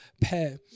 pair